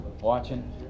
Watching